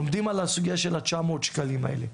עומדים על הסוגיה של ה- 900 השקלים האלו,